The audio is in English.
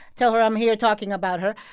tell her i'm here talking about her.